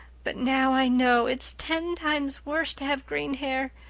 but now i know it's ten times worse to have green hair.